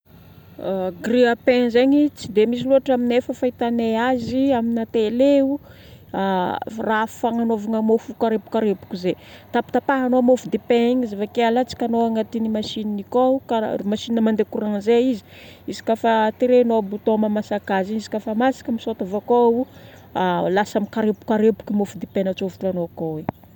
Grille pain zegny, tsy dia misy loatra aminay fô fahitanay ary amina télé io raha fagnanovagna mofo hikarepokarepoka zay. Tapatapahanao mofo dipain igny, izy avake alatsakanao agnatin'ny machine i akao. Karaha- machine mandeha courant zay izy. Izy ka fa teregnao bouton mahamasaka azy igny. Izy ka fa masaka misaute avy akao, lasa mikarepokarepoka mofo dipain atsofotranao akao io.